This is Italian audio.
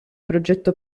progetto